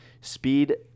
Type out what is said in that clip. Speed